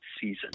season